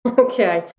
Okay